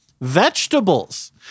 Vegetables